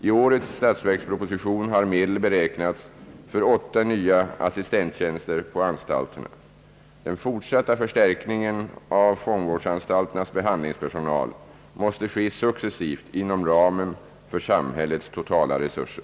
I årets statsverksproposition har medel beräknats för åtta nya assistenttjänster på anstalterna. Den fortsatta förstärkningen av fångvårdsanstalternas behandlingspersonal måste ske successivt inom ramen för samhällets totala resurser.